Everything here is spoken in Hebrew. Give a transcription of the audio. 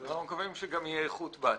אנחנו מקווים שגם תהיה איכות בעתיד.